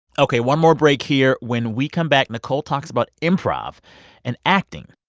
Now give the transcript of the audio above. ok, one more break here. when we come back, nicole talks about improv and acting.